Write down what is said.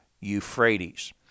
Euphrates